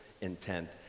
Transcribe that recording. intent